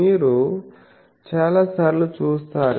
మీరు చాలాసార్లు చూస్తారు